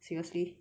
seriously